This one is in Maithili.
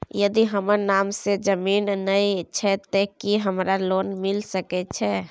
यदि हमर नाम से ज़मीन नय छै ते की हमरा लोन मिल सके छै?